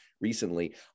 recently